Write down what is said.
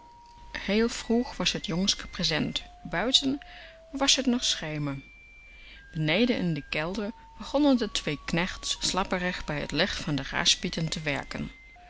heel vroeg was t j ongske present buiten was t nog schemer benee in den kelder begonnen de twee knechts slaperig bij t licht van de gaspitten te werken